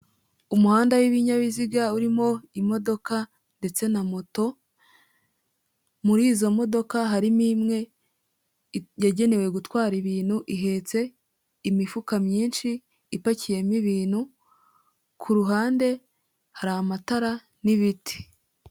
Umuhanda w'ibinyabiziga urimo imodoka ndetse na moto, muri izo modoka harimo imwe yagenewe gutwara ibintu ihetse imifuka myinshi ipakiyemo ibintu, ku ruhande hari amatara n'ibiti.